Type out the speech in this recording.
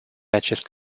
acest